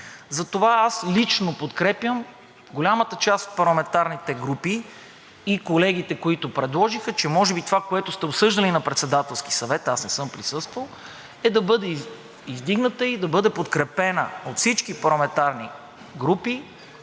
Затова аз лично подкрепям голямата част от парламентарните групи и колегите, които предложиха, че може би това, което сте обсъждали на Председателския съвет – аз не съм присъствал, е да бъде издигната и да бъде подкрепена от всички парламентарни групи